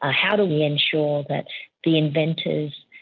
ah how do we ensure that the inventors,